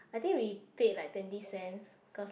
I think we played like twenty cents cause like